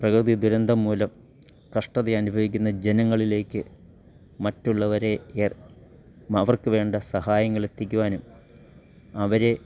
പ്രകൃതി ദുരന്തം മൂലം കഷ്ടത അനുഭവിക്കുന്ന ജനങ്ങളിലേക്ക് മറ്റുള്ളവരെ അവർക്ക് വേണ്ട സഹായങ്ങളെത്തിക്കുവാനും അവരെ